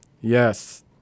Yes